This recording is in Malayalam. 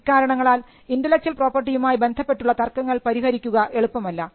ഇക്കാരണങ്ങളാൽ ഇന്റെലക്ച്വൽ പ്രോപ്പർട്ടിയുമായി ബന്ധപ്പെട്ടുള്ള തർക്കങ്ങൾ പരിഹരിക്കുക എളുപ്പമല്ല